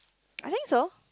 I think so